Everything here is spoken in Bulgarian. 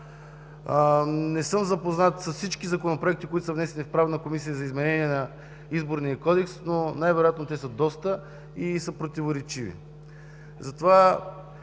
Не съм запознат с всички законопроекти, внесени в Правната комисия, за изменение на Изборния кодекс, но най-вероятно те са доста и са противоречиви.